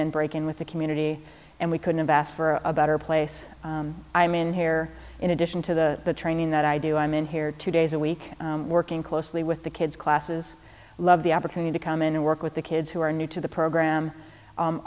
and break in with the community and we couldn't ask for a better place i mean here in addition to the training that i do i'm in here two days a week working closely with the kids classes love the opportunity to come in and work with the kids who are new to the program